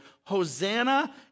Hosanna